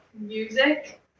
music